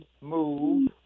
move